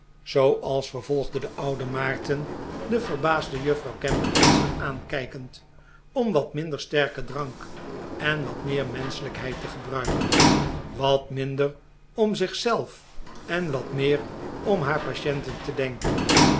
zooals vervolgde de oude maarten de verbaasde juffrouw gamp ernstig aankijkend om wat minder sterken drank en watmeer menschelijkheid te gebruiken wat minder om zich zelf en wat meer om haar patienten te denken